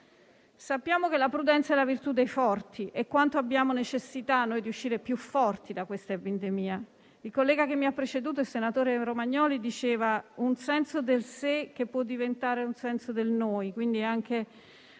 Sappiamo che la prudenza è la virtù dei forti e quanto abbiamo necessità di uscire più forti da questa pandemia. Il collega che mi ha preceduta, il senatore Romagnoli, parlava di un senso del sé che può diventare un senso del noi.